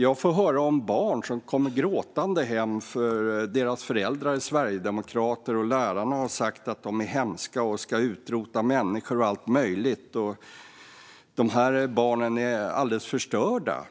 Jag får höra om barn som kommer gråtande hem för att deras föräldrar är sverigedemokrater och lärarna har sagt att de är hemska och ska utrota människor och allt möjligt. De här barnen är alldeles förstörda.